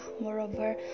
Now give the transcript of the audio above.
Moreover